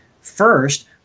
First